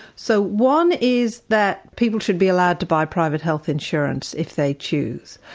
so one is that people should be allowed to buy private health insurance if they choose.